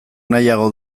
nahiago